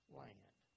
land